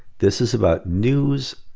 this is about news.